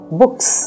books